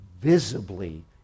visibly